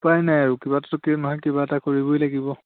উপায় নাই আৰু কিবা এটাটো নহয় কিবা এটা কৰিবই লাগিব